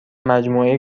مجموعه